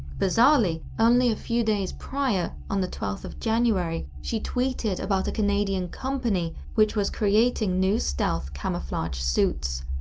bizarrely, only a few days prior, on the twelfth of january, she tweeted about a canadian company which was creating new stealth camouflage suits.